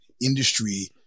industry